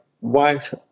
wife